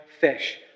fish